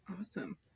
Awesome